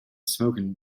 smoking